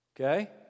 Okay